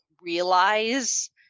realize